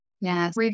Yes